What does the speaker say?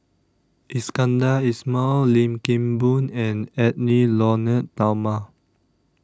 Iskandar Ismail Lim Kim Boon and Edwy Lyonet Talma